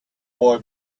boy